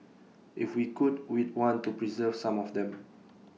if we could we'd want to preserve some of them